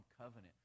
covenant